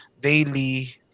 daily